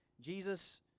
Jesus